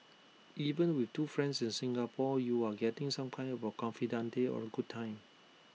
even with two friends in Singapore you are getting some kind of A confidante or A good time